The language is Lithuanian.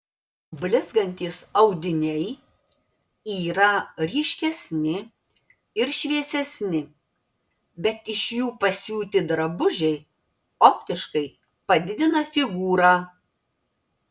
blizgantys audiniai yra ryškesni ir šviesesni bet iš jų pasiūti drabužiai optiškai padidina figūrą